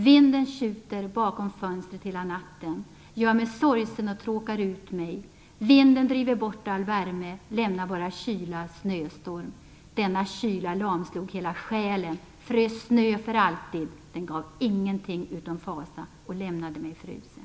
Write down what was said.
Vinden tjuter bakom fönstret hela natten Gör mig sorgsen och tråkar ut mig Vinden driver bort all värme lämnar bara kyla, snöstorm Denna kyla lamslog hela själen Den gav ingenting utom fasa och lämnade mig frusen